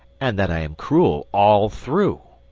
and that i am cruel all through.